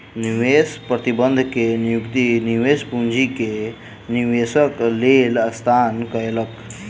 निवेश प्रबंधक के नियुक्ति निवेश पूंजी के निवेशक लेल संस्थान कयलक